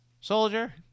soldier